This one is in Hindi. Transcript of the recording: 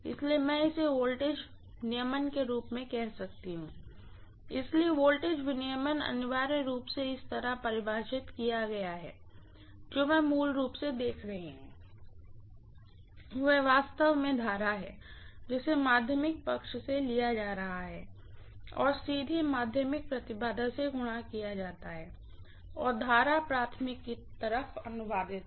इसलिए मैं इसे वोल्टेज नियमन के रूप में कह सकती हूँ इसलिए वोल्टेज रेगुलेशन अनिवार्य रूप से इस तरह परिभाषित किया गया है और जो मैं मूल रूप से देख रही हूं वह वास्तव में करंट है जिसे सेकेंडरी साइड से लिया जा रहा है सीधे सेकेंडरी इम्पीडेन्स से गुणा किया जाता है और और करंट प्राइमरीतरफ अनुवादित है